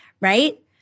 right